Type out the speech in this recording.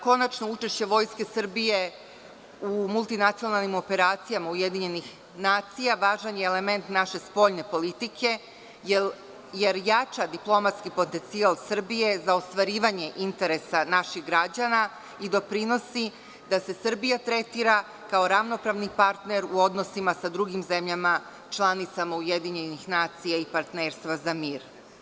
Konačno, učešće Vojske Srbije u multinacionalnim operacijama UN važan je element naše spoljne politike, jer jača diplomatski potencijal Srbije za ostvarivanje interesa naših građana i doprinosi da se Srbija tretira kao ravnopravni partner u odnosima sa drugim zemljama članicama UN i Partnerstva za mir.